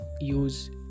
use